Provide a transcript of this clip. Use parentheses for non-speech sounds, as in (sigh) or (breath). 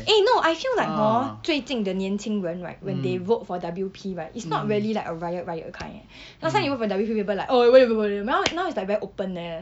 eh no I feel like hor 最近的年轻人 right when they vote for W_P right is not really like a riot riot kind eh (breath) last time you vote for W_P people like !oi! why you vote for them but now now is like very open eh